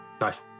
Nice